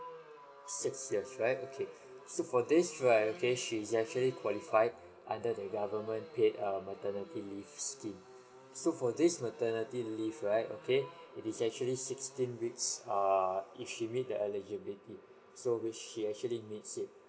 six years right okay so for this right okay she's actually qualify under the government paid err maternity leave scheme so for this maternity leave right okay it is actually sixteen weeks err if she meet the eligibility so which she actually needs it